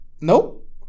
Nope